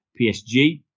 PSG